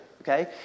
Okay